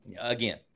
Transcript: again